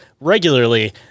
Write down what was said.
regularly